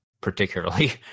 particularly